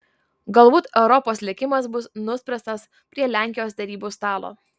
galbūt europos likimas bus nuspręstas prie lenkijos derybų stalo